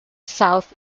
south